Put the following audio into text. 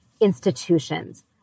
institutions